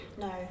No